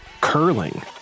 curling